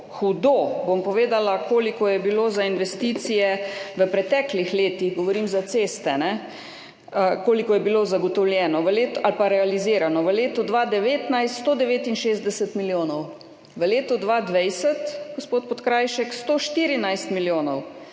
hudo, bom povedala, koliko je bilo za investicije v preteklih letih, govorim za ceste, zagotovljeno ali pa realizirano. V letu 2019 169 milijonov, v letu 2020, gospod Podkrajšek, 114 milijonov,